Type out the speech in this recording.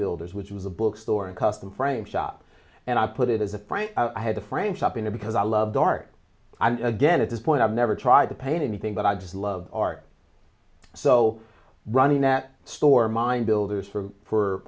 builders which was a bookstore and custom frame shop and i put it as a prank i had a friend shop in a because i loved art i'm again at this point i've never tried to paint anything but i just love art so running that store mine builders for for